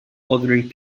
ordering